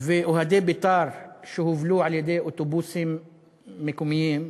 אוהדי "בית"ר", שהובלו באוטובוסים מקומיים,